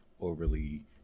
overly